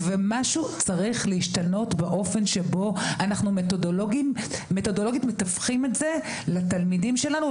ומשהו צריך להשתנות באופן שבו מתודולוגית מתווכים את זה לתלמידים שלנו,